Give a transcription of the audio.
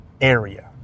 area